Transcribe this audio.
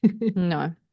No